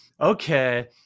okay